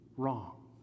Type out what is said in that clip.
wrong